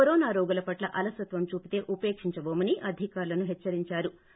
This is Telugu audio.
కరోనా రోగులో పట్ల అలసత్వం చూపితే ఉపేకించబోమని అధికారులను హెచ్చరించ్చారు